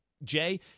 Jay